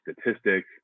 statistic